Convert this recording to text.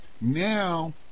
now